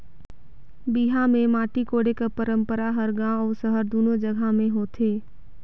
बिहा मे माटी कोड़े कर पंरपरा हर गाँव अउ सहर दूनो जगहा मे होथे